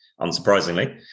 unsurprisingly